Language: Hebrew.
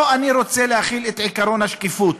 פה אני רוצה להחיל את עקרון השקיפות.